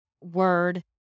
word